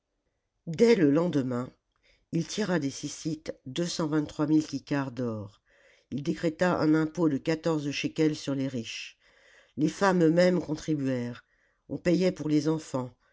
dès le lendemain il tira des sjssites deux cent vingt trois mille kikars d'or il décréta un impôt de quatorze shekels sur les riches les femmes mêmes contribuèrent on payait pour les enfants